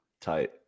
tight